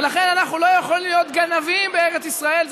ולכן אנחנו לא יכולים להיות גנבים בארץ ישראל.